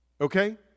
Okay